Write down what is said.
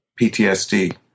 PTSD